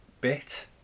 bit